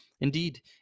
Indeed